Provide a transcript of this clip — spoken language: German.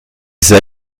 sei